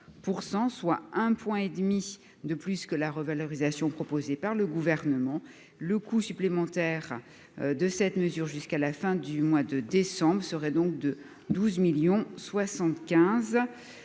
et demi de plus que la revalorisation proposée par le Gouvernement. Le coût supplémentaire de cette mesure jusqu'à la fin du mois de décembre serait de 12,75 millions